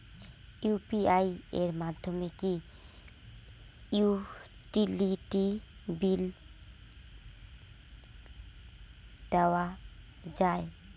UPI এর মাধ্যমে কি ইউটিলিটি বিল দেওয়া যায়?